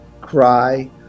cry